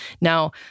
Now